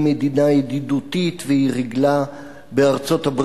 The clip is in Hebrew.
מדינה ידידותית והיא ריגלה בארצות-הברית,